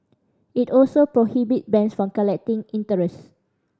it also prohibit banks from collecting interest